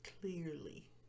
Clearly